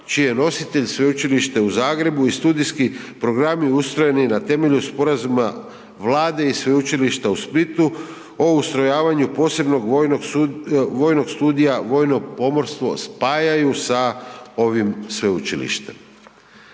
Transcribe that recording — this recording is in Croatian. je nositelj Sveučilište u Zagrebu i studijski programi ustrojeni na temelju Sporazuma Vlade i Sveučilišta u Splitu o ustrojavanju posebnog vojnog studija vojno pomorstvo, spajaju sa ovim Sveučilištem.